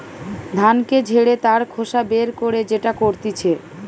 ধানকে ঝেড়ে তার খোসা বের করে যেটা করতিছে